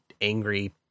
angry